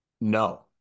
no